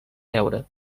deure